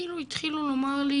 כאילו התחילו לומר לי,